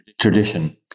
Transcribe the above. tradition